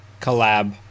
collab